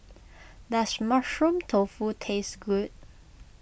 does Mushroom Tofu taste good